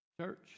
Church